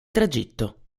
tragitto